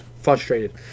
frustrated